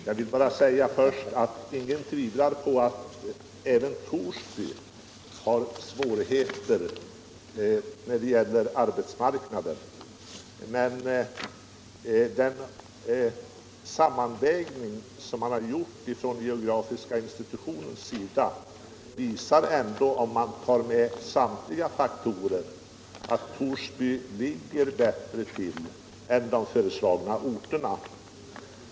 Jag vill bara först säga att ingen tvivlar på att även Torsby har svårigheter när det gäller arbetsmarknaden, Men den sammanvägning som gjorts från geografiska institutionens sida visar ändå, om man tar med samtliga faktorer, att Torsby ligger bättre till än de föreslagna orterna.